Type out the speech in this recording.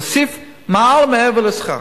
להוסיף מעל ומעבר לשכר.